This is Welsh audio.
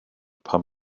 pan